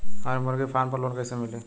हमरे मुर्गी फार्म पर लोन कइसे मिली?